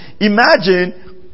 imagine